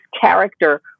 character